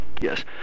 Yes